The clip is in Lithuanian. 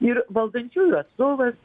ir valdančiųjų atstovas